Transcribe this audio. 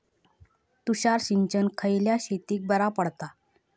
तुषार सिंचन खयल्या शेतीक बरा पडता?